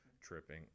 tripping